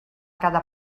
cada